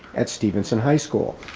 at stevenson high school.